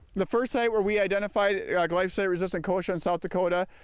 the first site where we identified yeah glyphosate resistant kochia in south dakota,